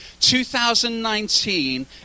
2019